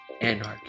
anarchy